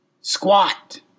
squat